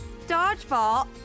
Dodgeball